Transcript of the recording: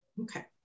Okay